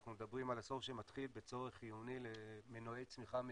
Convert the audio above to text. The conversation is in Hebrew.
אנחנו מדברים על עשור שמתחיל בצורך חיוני למנועי צמיחה מהירים.